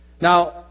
Now